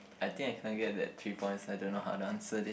I think I can't get that three points I don't know how to answer this